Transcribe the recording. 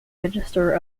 register